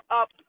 up